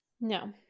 No